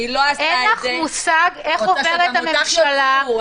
אין לך מושג איך עובדת הממשלה.